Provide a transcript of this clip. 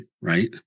right